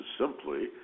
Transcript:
simply